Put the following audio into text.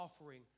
offering